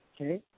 okay